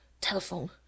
Telephone